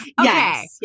Okay